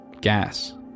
gas